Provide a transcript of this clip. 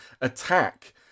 attack